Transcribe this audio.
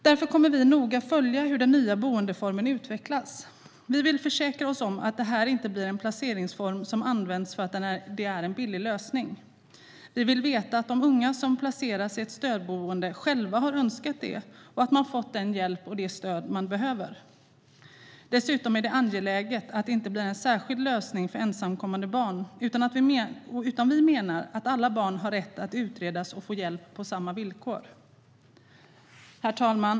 Därför kommer vi att noga följa hur den nya boendeformen utvecklas. Vi vill försäkra oss om att det inte blir en placeringsform som används för att det är en billig lösning. Vi vill veta att de unga som placeras i ett stödboende själva har önskat det och att de har fått den hjälp och det stöd de behöver. Dessutom är det angeläget att det inte blir en särskild lösning för ensamkommande barn. Vi menar att alla barn har rätt att utredas och få hjälp på samma villkor. Herr talman!